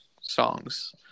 songs